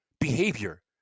behavior